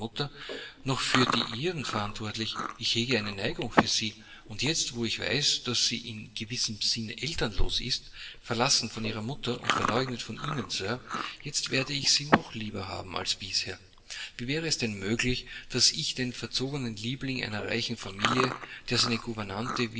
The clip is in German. noch für die ihren verantwortlich ich hege eine neigung für sie und jetzt wo ich weiß daß sie in gewissem sinne elternlos ist verlassen von ihrer mutter und verleugnet von ihnen sir jetzt werde ich sie noch lieber haben als bisher wie wäre es denn möglich daß ich den verzogenen liebling einer reichen familie der